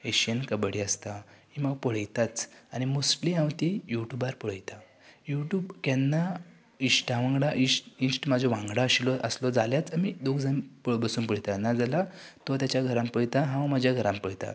Asian kabaddi आसता ही हांव पळयतांच आनी मोस्टली हांव ती युट्यूबार पळयतां युट्यूब केन्ना इश्टा वांगडा इश्ट इश्ट म्हाजे वांगडा आशिल्लो आसलो जाल्यार आमी दोग जाण बसून पळयतात ना जाल्यार तो तेच्या घरांत पळयतां हांव म्हाज्या घरांत पळयतां